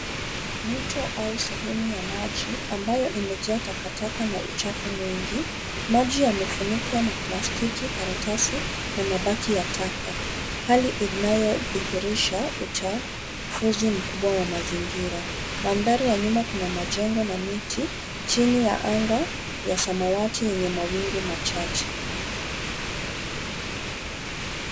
Mto au sehemu ya maji ambayo imejaa takataka na uchafu mwingi. Maji yamefunikwa na plastiki, karatasi, na mabaki ya taka, hali inayodhihirisha uchafuzi mkubwa wa mazingira. Mandhari ya nyuma kuna majengo na miti, chini ya anga ya samawati yenye mawingu machache.